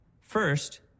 First